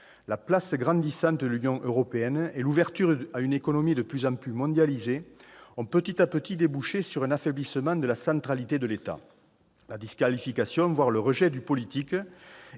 La place grandissante de l'Union européenne et l'ouverture à une économie de plus en plus mondialisée ont, petit à petit, débouché sur un affaiblissement de la centralité de l'État. La disqualification, voire le rejet, du politique-